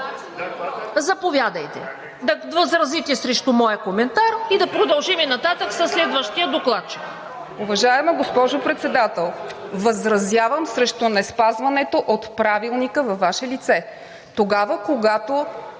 Заповядайте да възразите срещу моя коментар и да продължим нататък със следващия докладчик.